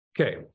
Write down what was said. Okay